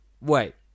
Wait